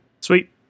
Sweet